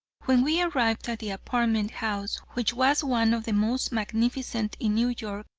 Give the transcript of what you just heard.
when we arrived at the apartment house, which was one of the most magnificent in new york,